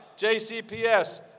JCPS